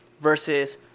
versus